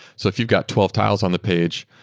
so if you've got twelve tiles on the page,